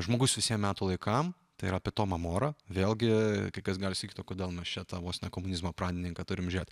žmogus visiem metų laikam tai yra apie tomą morą vėlgi kai kas gali sakyt kodėl mes čia tą vos ne komunizmo pradininką turim žiūrėt